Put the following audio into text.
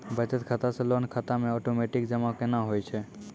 बचत खाता से लोन खाता मे ओटोमेटिक जमा केना होय छै?